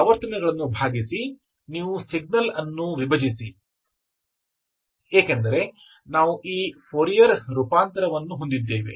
ಆದ್ದರಿಂದ ಆವರ್ತನವನ್ನು ಭಾಗಿಸಿ ನೀವು ಸಿಗ್ನಲ್ ಅನ್ನು ವಿಭಜಿಸಿ ಏಕೆಂದರೆ ನಾವು ಈ ಫೋರಿಯರ್ ರೂಪಾಂತರವನ್ನು ಹೊಂದಿದ್ದೇವೆ